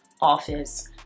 office